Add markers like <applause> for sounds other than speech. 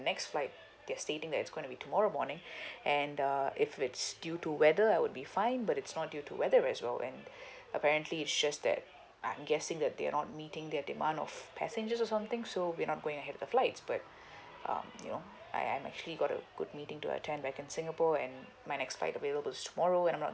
next flight they're stating that it's going to be tomorrow morning <breath> and uh if it's due to weather I would be fine but it's not due to weather as well and <breath> apparently it's just that I'm guessing that they are not meeting their demand of passengers or something so we are not going ahead with the flight but <breath> um you know I I'm actually got a group meeting to attend back in singapore and my next fight available is tomorrow and I'm not